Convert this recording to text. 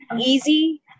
easy